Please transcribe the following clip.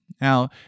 Now